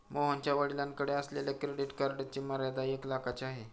मोहनच्या वडिलांकडे असलेल्या क्रेडिट कार्डची मर्यादा एक लाखाची आहे